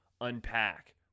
unpack